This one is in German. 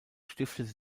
stiftete